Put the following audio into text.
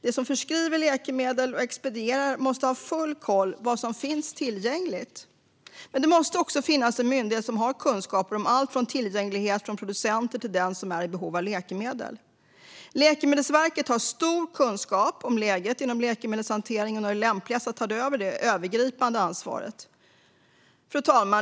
De som förskriver och expedierar läkemedel måste ha full koll på vad som finns tillgängligt, men det måste också finnas en myndighet som har kunskaper om allt från tillgänglighet från producenters sida till den som är i behov av läkemedel. Läkemedelsverket har stor kunskap om läget inom läkemedelshanteringen och är bäst lämpat att ta det övergripande ansvaret. Fru talman!